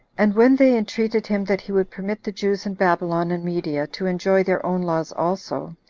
and when they entreated him that he would permit the jews in babylon and media to enjoy their own laws also,